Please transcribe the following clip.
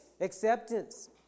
Acceptance